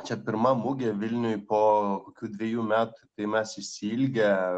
čia pirma mugė vilniuj po kokių dvejų metų tai mes išsiilgę